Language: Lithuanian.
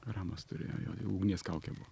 ramas turėjo jo ugnies kaukė buvo